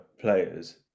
players